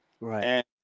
right